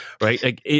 right